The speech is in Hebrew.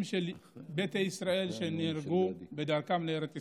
של ביתא ישראל שנהרגו בדרכם לארץ ישראל.